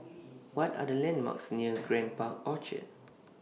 What Are The landmarks near Grand Park Orchard